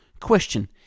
Question